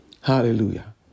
Hallelujah